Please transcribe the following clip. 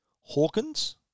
Hawkins